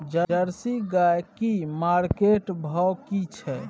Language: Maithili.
जर्सी गाय की मार्केट भाव की छै?